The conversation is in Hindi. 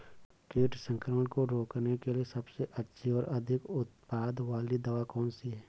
कीट संक्रमण को रोकने के लिए सबसे अच्छी और अधिक उत्पाद वाली दवा कौन सी है?